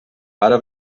ara